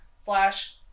slash